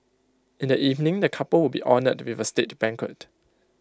in the evening the couple will be honoured with A state banquet